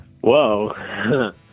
Whoa